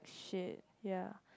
shag ya